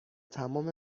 تمام